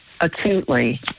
acutely